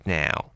now